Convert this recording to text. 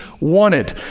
wanted